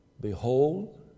Behold